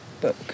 book